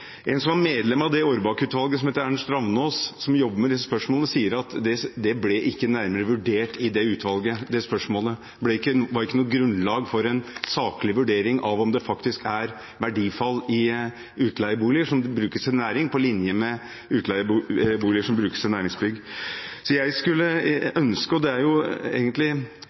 En som var medlem av Aarbakke-utvalget, som heter Ernst Ravnaas, som jobber med disse spørsmålene, sier at det spørsmålet ikke ble nærmere vurdert i utvalget, det var ikke noe grunnlag for en saklig vurdering av om det faktisk er verdifall i utleieboliger som brukes til næring, på linje med utleieboliger som brukes til næringsbygg. Det er egentlig litt mot normalt dette, for det er